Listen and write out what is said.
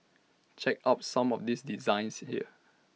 check out some of these designs here